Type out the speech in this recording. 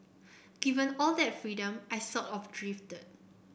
given all that freedom I sort of drifted